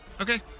Okay